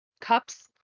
cups